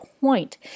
point